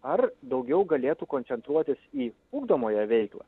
ar daugiau galėtų koncentruotis į ugdomąją veiklą